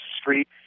street